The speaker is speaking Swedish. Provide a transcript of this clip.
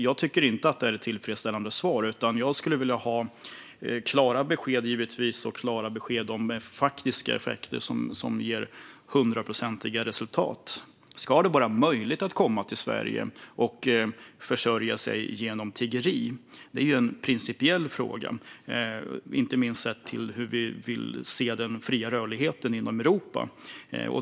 Jag tycker inte att det är ett tillfredsställande svar, utan jag skulle vilja ha klara besked om faktiska effekter som ger hundraprocentiga resultat. Ska det vara möjligt att komma till Sverige och försörja sig genom tiggeri? Det är ju en principiell fråga, inte minst med tanke på hur vi vill se den fria rörligheten inom EU.